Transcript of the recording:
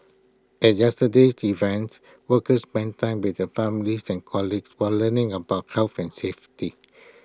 at yesterday's events workers spent time with their families and colleagues while learning about health and safety